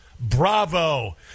bravo